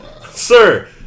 Sir